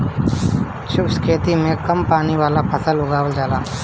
शुष्क खेती में कम पानी वाला फसल उगावल जाला